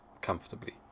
comfortably